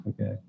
okay